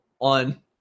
on –